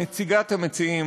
נציגת המציעים,